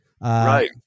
right